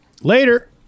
Later